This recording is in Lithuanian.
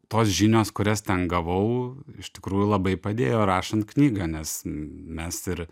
tos žinios kurias ten gavau iš tikrųjų labai padėjo rašant knygą nes mes ir